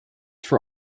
for